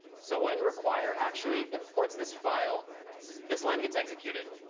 so when require actually imports this file this line gets executed.